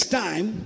time